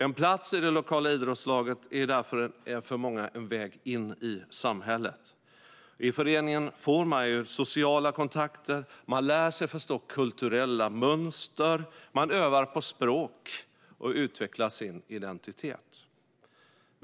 En plats i det lokala idrottslaget är därför för många en väg in i samhället. I föreningen får man sociala kontakter, lär sig förstå kulturella mönster, övar på språk och utvecklar sin identitet.